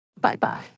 Bye-bye